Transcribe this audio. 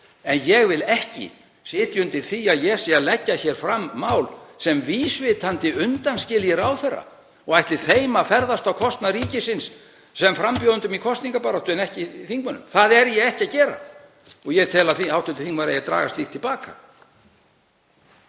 En ég vil ekki sitja undir því að ég sé að leggja hér fram mál sem vísvitandi undanskilji ráðherra og ætli þeim að ferðast á kostnað ríkisins sem frambjóðendum í kosningabaráttu en ekki þingmönnum. Það er ég ekki að gera. Ég tel að hv. þingmaður eigi að draga slíkt til baka.